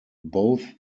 both